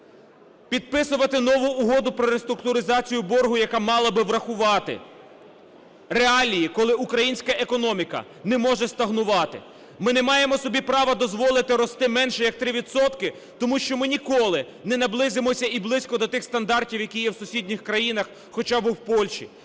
підписувати нову угоду про реструктуризацію боргу, яка мала би врахувати реалії, коли українська економіка не може стогнувати. Ми не маємо собі права дозволити рости менше як 3 відсотки, тому що ми ніколи не наблизимося і близько до тих стандартів, які є в сусідніх країнах, хоча би в Польщі,